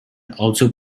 also